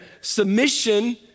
Submission